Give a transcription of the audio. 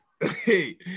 Hey